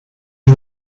you